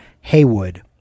Haywood